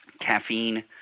caffeine